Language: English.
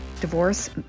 divorce